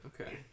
Okay